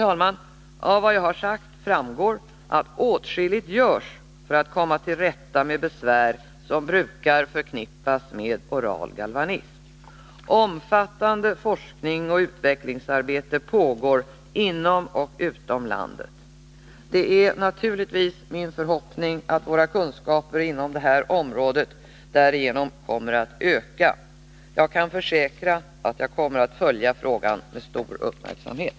Av vad jag har sagt framgår att åtskilligt görs för att komma till rätta med besvär som brukar förknippas med oral galvanism. Omfattande forskning och utvecklingsarbete pågår inom och utom landet. Det är min förhoppning att våra kunskaper inom detta komplicerade område därigenom kommer att öka. Jag kan försäkra att jag kommer att följa denna fråga med stor uppmärksamhet.